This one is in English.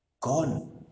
Gone